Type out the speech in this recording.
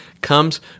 comes